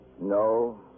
No